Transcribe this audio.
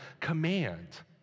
command